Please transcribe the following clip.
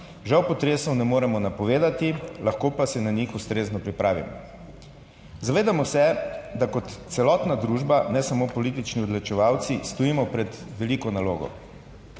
Žal potresov ne moremo napovedati, lahko pa se na njih ustrezno pripravimo. Zavedamo se, da kot celotna družba, ne samo politični odločevalci, stojimo pred veliko nalogo.